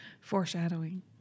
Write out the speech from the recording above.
Foreshadowing